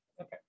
Okay